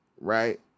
right